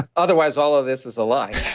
otherwise, all of this is a lie